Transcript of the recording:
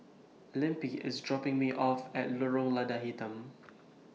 Lempi IS dropping Me off At Lorong Lada Hitam